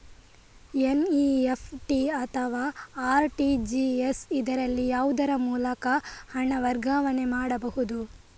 NEFT ಅಥವಾ RTGS, ಇದರಲ್ಲಿ ಯಾವುದರ ಮೂಲಕ ಹಣ ವರ್ಗಾವಣೆ ಮಾಡಬಹುದು?